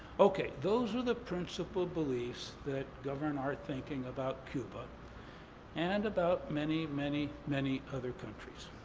okay, those are the principal beliefs that govern our thinking about cuba and about many, many, many other countries.